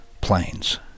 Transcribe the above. planes